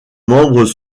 membres